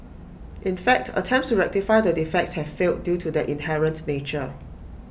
in fact attempts to rectify the defects have failed due to their inherent nature